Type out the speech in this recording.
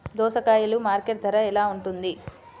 దోసకాయలు మార్కెట్ ధర ఎలా ఉంటుంది?